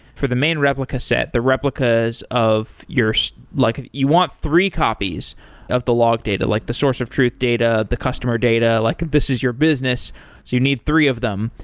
for the main replica set, the replicas of your so like you want three copies of the log data, like the source of truth data, the customer data, like this is your business. so you need three of them,